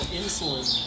insulin